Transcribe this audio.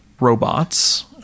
robots